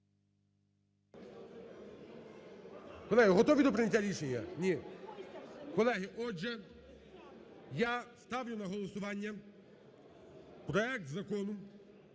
колеги. Отже, я ставлю на голосування проект Закону